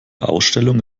ausstellung